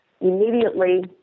immediately